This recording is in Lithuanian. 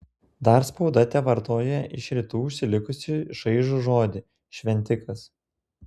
dar spauda tevartoja iš rytų užsilikusį šaižų žodį šventikas